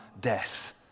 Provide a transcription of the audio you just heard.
death